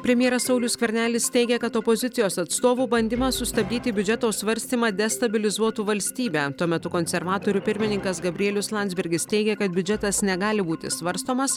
premjeras saulius skvernelis teigia kad opozicijos atstovų bandymas sustabdyti biudžeto svarstymą destabilizuotų valstybę tuo metu konservatorių pirmininkas gabrielius landsbergis teigia kad biudžetas negali būti svarstomas